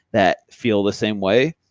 that feel the same way.